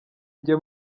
njye